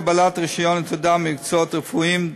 רישיון או תעודה במקצועות רפואיים,